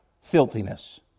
Filthiness